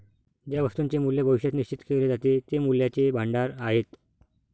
ज्या वस्तूंचे मूल्य भविष्यात निश्चित केले जाते ते मूल्याचे भांडार आहेत